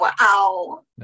Wow